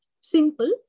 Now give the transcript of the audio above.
simple